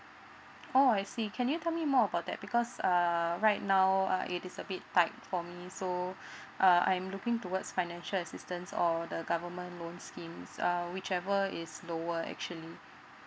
oh i see can you tell me more about that because um right now uh it is a bit tight for me so uh I'm looking towards financial assistance or the government loan schemes uh which ever is lower actually